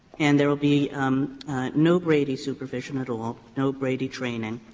and there will be um no brady supervision at all, no brady training.